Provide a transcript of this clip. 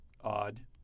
odd